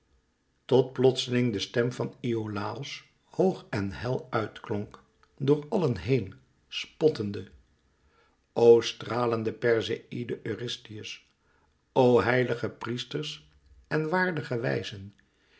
tot plotseling de stem van iolàos hoog en hel uit klonk door allen heen spottende o stralende perseïde eurystheus o heilige priesters en waardige wijzen